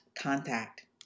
contact